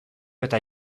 eta